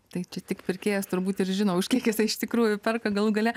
tai čia tik pirkėjas turbūt ir žino už kiek jisai iš tikrųjų perka galų gale